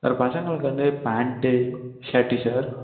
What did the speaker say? அப்புறம் பசங்களுக்கு வந்து பேண்ட்டு ஷேர்ட்டு சார்